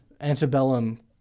antebellum